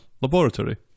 laboratory